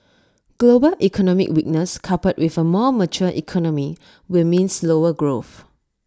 global economic weakness coupled with A more mature economy will mean slower growth